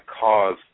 cause